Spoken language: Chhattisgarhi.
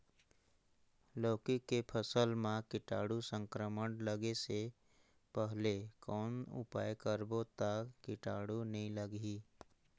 लौकी के फसल मां कीटाणु संक्रमण लगे से पहले कौन उपाय करबो ता कीटाणु नी लगही?